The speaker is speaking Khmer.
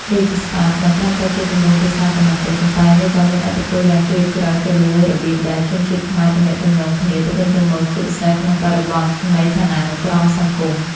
រាជសព្ទ មិនត្រឹមតែជាទម្រង់ភាសាប៉ុណ្ណោះទេ ប៉ុន្តែវាក៏មានឥទ្ធិពលយ៉ាងជ្រាលជ្រៅទៅលើរបៀបដែលជនជាតិខ្មែរទំនាក់ទំនងគ្នាទៅវិញទៅមក ជាពិសេសក្នុងបរិបទនៃឋានានុក្រមសង្គម។